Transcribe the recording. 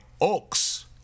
oaks